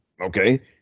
okay